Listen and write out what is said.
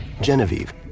Genevieve